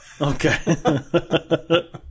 Okay